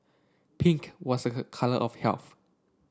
pink was her colour of health